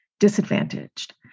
disadvantaged